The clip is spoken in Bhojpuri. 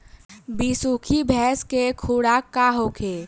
बिसुखी भैंस के खुराक का होखे?